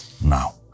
Now